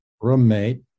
roommate